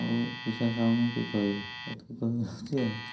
ଆଉ କି କହିବି ଏତିକି କହିକି ରଖୁଛି ଆଉ